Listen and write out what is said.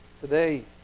today